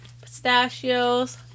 Pistachios